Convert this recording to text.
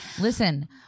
Listen